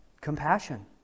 compassion